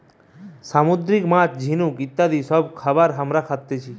সামুদ্রিক মাছ, ঝিনুক ইত্যাদি সব খাবার হামরা খাতেছি